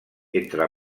entre